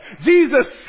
Jesus